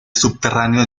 subterráneo